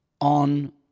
on